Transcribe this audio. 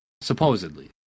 supposedly